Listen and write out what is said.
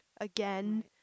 again